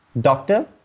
doctor